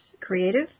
creative